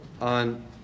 on